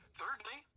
thirdly